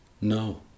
No